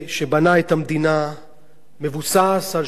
מבוסס על שלושה יסודות עיקריים